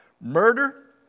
murder